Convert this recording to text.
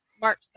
March